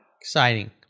Exciting